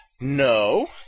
No